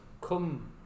come